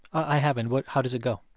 i haven't. what how does it go?